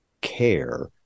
care